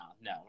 no